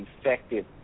effective